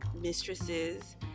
mistresses